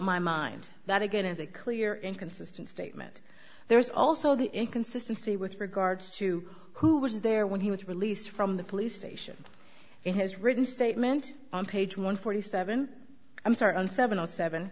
my mind that again as a clear inconsistent statement there is also the inconsistency with regards to who was there when he was released from the police station in his written statement on page one forty seven i'm sorry on seven o seven